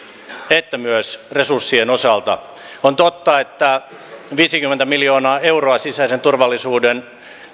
että myös resurssien osalta on totta että viisikymmentä miljoonaa euroa sisäisen turvallisuuden